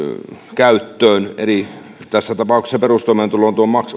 käyttöön tässä tapauksessa perustoimeentulotuen